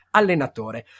allenatore